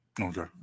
Okay